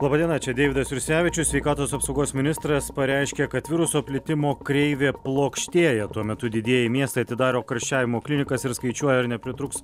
laba diena čia deividas jursevičius sveikatos apsaugos ministras pareiškė kad viruso plitimo kreivė plokštėja tuo metu didieji miestai atidaro karščiavimo klinikas ir skaičiuoja ar nepritrūks